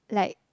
like